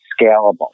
scalable